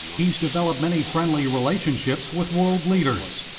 he has developed many friendly relationships with world leaders.